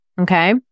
Okay